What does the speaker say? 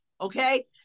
okay